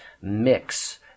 mix